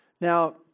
Now